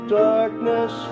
darkness